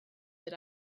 that